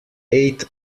eight